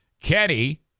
Kenny